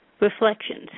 Reflections